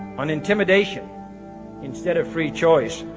on intimidation instead of free choice.